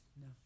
No